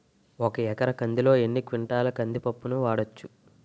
ఒక ఎకర కందిలో ఎన్ని క్వింటాల కంది పప్పును వాడచ్చు?